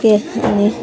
के अनि